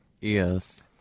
Yes